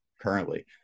currently